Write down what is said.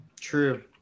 true